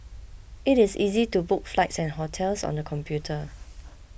it is easy to book flights and hotels on the computer